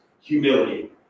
humility